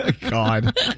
God